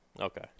Okay